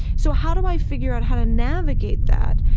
so how do i figure out how to navigate that,